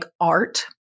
art